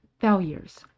failures